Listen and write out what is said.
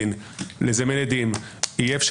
אם לזמן עדים וכו',